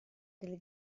del